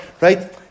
right